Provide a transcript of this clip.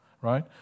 right